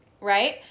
right